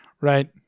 Right